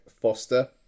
Foster